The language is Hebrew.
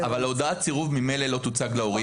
הודעת סירוב ממילא לא תוצג להורים,